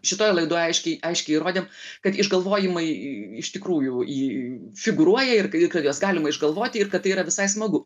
šitoj laidoj aiškiai aiškiai įrodėm kad išgalvojimai iš tikrųjų į figūruoja ir ka kad juos galima išgalvoti ir kad tai yra visai smagu